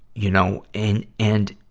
you know. and, and,